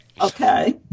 Okay